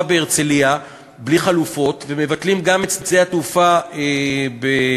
בהרצליה בלי חלופות ומבטלים גם את שדה התעופה שדה-דב.